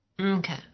Okay